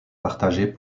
partagée